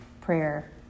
prayer